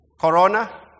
corona